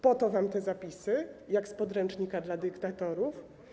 Po to wam te zapisy jak z podręcznika dla dyktatorów?